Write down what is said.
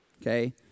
okay